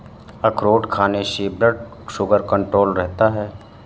अखरोट खाने से ब्लड शुगर कण्ट्रोल रहता है